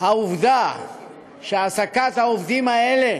העובדה היא שהעסקת העובדים האלה